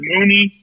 Mooney